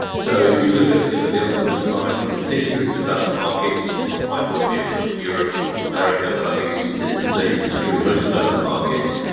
so if you look at you know the under thirty five s in particular in developed markets, obviously from my point of view i've looked at europe and north america but i think the same is true in most developed markets,